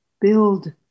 Build